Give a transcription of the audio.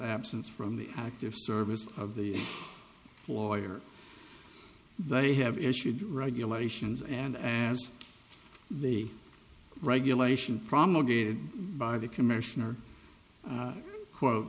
absence from the active service of the lawyer they have issued regulations and as the regulation promulgated by the commissioner quote